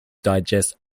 digest